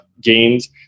gains